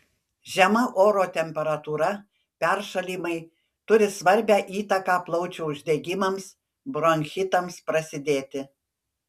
žema oro temperatūra peršalimai turi svarbią įtaką plaučių uždegimams bronchitams prasidėti